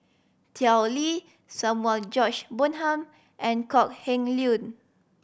Tao Li Samuel George Bonham and Kok Heng Leun